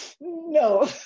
no